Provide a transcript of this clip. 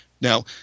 Now